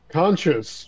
conscious